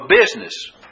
business